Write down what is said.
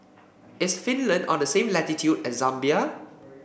is Finland on the same latitude as Zambia